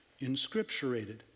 inscripturated